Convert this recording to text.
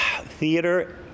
theater